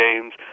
games